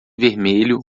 vermelho